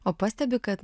o pastebi kad